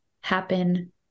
happen